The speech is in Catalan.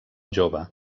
jove